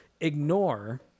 ignore